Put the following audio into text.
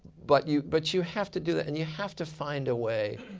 but you but you have to do that. and you have to find a way